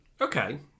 Okay